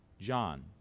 John